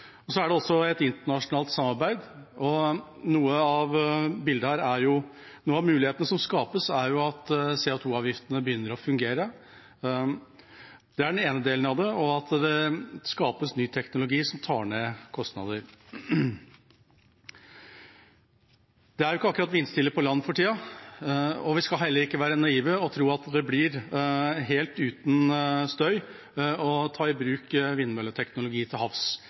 markedene. Så er det også et internasjonalt samarbeid. Noen av mulighetene som skapes, er fordi CO 2 -avgiftene begynner å fungere. Det er den ene delen av det. Det andre er at det skapes ny teknologi som tar ned kostnadene. Det er ikke akkurat vindstille på land for tida. Vi skal heller ikke være naive og tro at det blir helt uten støy å ta i bruk vindmølleteknologi til havs.